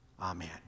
Amen